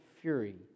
fury